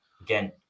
again